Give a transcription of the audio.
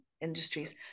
industries